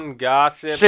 gossip